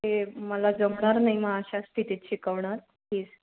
ते मला जमणार नाही मग अशा स्थितीत शिकवणं फीस